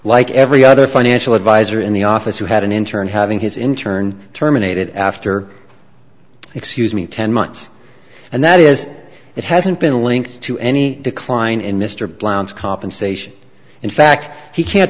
like every other financial advisor in the office who had an intern having his interned terminated after excuse me ten months and that is it hasn't been linked to any decline in mr blount's compensation in fact he can't